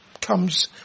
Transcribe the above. comes